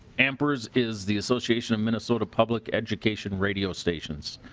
emperors is the association of minnesota public education radio station.